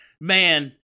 man